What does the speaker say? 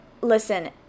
listen